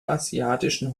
asiatischen